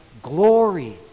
Glory